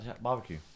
barbecue